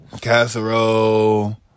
Casserole